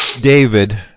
David